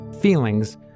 Feelings